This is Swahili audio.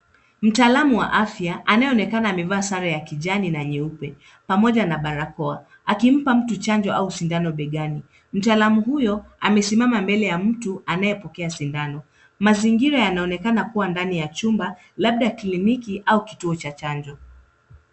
Mtaalamu wa afya anayeonekana amevaa sare ya kijani na nyeupe pamoja na barakoa, akimpa mtu chanjo au sindano begani. Mtaalamu huyo amesimama mbele ya mtu anayepokea sindano. Mazingira yanaonekana kuwa ndani ya chumba labda kliniki au kituo cha chanjo.